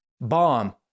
bomb